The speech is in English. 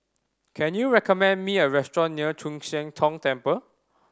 can you recommend me a restaurant near Chu Siang Tong Temple